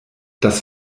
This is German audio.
das